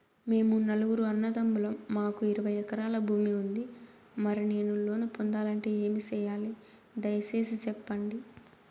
మేము నలుగురు అన్నదమ్ములం మాకు ఇరవై ఎకరాల భూమి ఉంది, మరి నేను లోను పొందాలంటే ఏమి సెయ్యాలి? దయసేసి సెప్పండి?